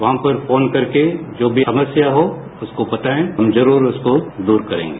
वहां हमको फोन करके जो भी अवश्य हो उसको बतायें हम जरूर उसको दूर करेंगे